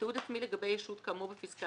תיעוד עצמי לגבי ישות כאמור בפסקה